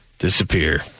disappear